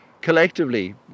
Collectively